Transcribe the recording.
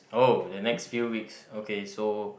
uh the next few week okay so